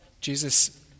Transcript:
Jesus